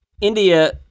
India